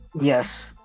Yes